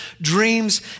dreams